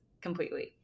completely